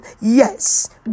Yes